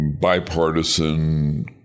bipartisan